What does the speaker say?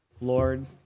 Lord